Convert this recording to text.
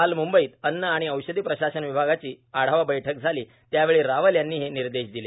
काल मुंबईत अन्न आणि औषध प्रशासन विभागाची आढावा बैठक झाली त्यावेळी रावल यांनी हे निर्देश दिले